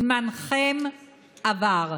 זמנכם עבר.